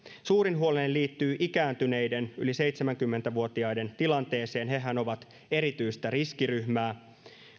suurin huoleni liittyy ikääntyneiden yli seitsemänkymmentä vuotiaiden tilanteeseen hehän ovat erityistä riskiryhmää